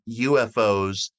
UFOs